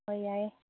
ꯍꯣꯏ ꯌꯥꯏꯌꯦ